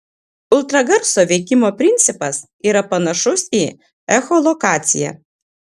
ultragarso veikimo principas yra panašus į echolokaciją